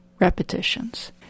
repetitions